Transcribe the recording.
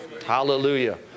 Hallelujah